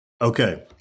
Okay